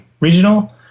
Regional